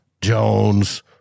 Jones